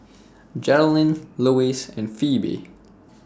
Geralyn Luis and Pheobe